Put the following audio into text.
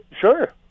Sure